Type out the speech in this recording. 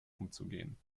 umzugehen